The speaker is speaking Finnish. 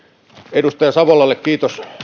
edustaja savolalle kiitos